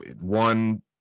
one